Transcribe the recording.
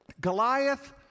Goliath